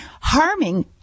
harming